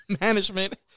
management